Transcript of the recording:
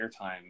airtime